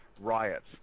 riots